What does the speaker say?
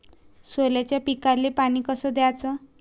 सोल्याच्या पिकाले पानी कस द्याचं?